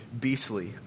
beastly